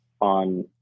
on